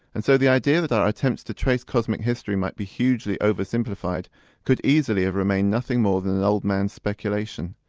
and so the idea that our attempts to trace cosmic history might be hugely oversimplified could easily have remained nothing more than an old man's speculation.